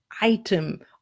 item